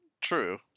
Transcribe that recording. True